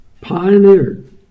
pioneered